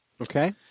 Okay